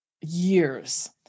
years